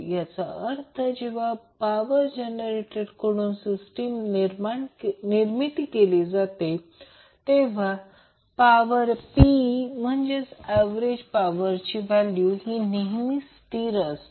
याचाच अर्थ जेव्हा पॉवर जनरेटर कडून निर्मित केली जाते तेव्हा पॉवर P म्हणजे अव्हरेज पॉवरची व्हॅल्यू ही नेहमीच स्थिर असते